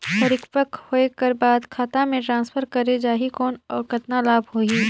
परिपक्व होय कर बाद खाता मे ट्रांसफर करे जा ही कौन और कतना लाभ होही?